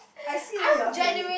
I see where you're heading